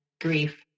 grief